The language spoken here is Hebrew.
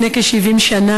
לפני 70 שנה,